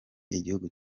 igihugu